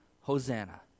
Hosanna